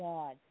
God